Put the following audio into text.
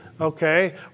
okay